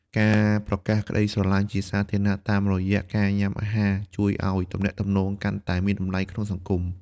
ការប្រកាសក្ដីស្រឡាញ់ជាសាធារណៈតាមរយៈការញុាំអាហារ ជួយឱ្យទំនាក់ទំនងកាន់តែមានតម្លៃក្នុងសង្គម។